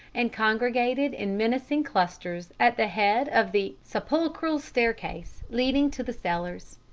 and congregated in menacing clusters at the head of the sepulchral staircase leading to the cellars.